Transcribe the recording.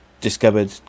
discovered